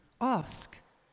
Ask